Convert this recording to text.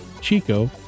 Chico